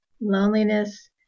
loneliness